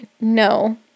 no